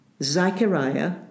Zechariah